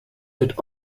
wird